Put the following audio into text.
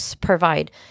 provide